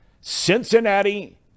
Cincinnati